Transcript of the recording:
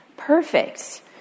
Perfect